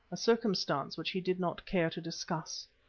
a circumstance which he did not care to discuss.